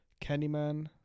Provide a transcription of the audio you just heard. Candyman